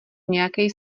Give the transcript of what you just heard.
nějakej